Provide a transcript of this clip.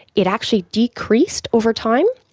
it actually decreased over time.